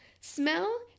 smell